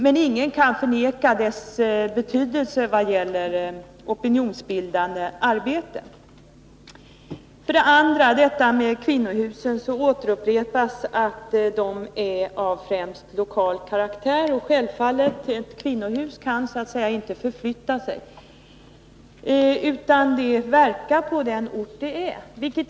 Men ingen kan förneka dess betydelse när det gäller opinionsbildande arbete. I fråga om kvinnohusen återupprepas att de är av främst lokal karaktär. Det är självfallet; ett kvinnohus kan så att säga inte förflytta sig, utan det verkar på den ort där det finns.